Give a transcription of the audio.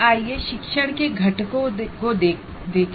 आइए शिक्षण के कंपोनेंट को देखें